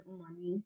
money